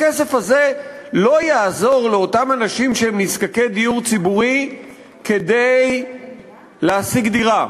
הכסף הזה לא יעזור לאותם אנשים שהם נזקקי דיור ציבורי להשיג דירה.